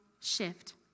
shift